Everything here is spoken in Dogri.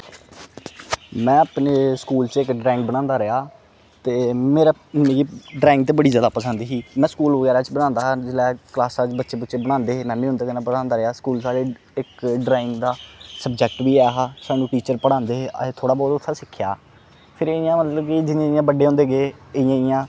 में अपने स्कूल च इक ड्राइंग बनांदा रेहा ते मेरा मिगी ड्रांइग ते बड़ी जादा पसंद ही में स्कूल बगैरा बिच्च बनांदा हा जिसलै क्लासा च बच्चे बुच्चे बगैरा बनांदे हे में बी उं'दे कन्नै बनांदा रेहा स्कूल साढ़े इक ड्रांइग दा सबजैक्ट बी ही सानूं टीचर पढ़ांदे हे असें थोह्ड़ा बहूत उत्थें सिक्खेआ फिर एह् इ'यां मतलब कि जियां जियां बड्डे होंदे गे इ'यां इ'यां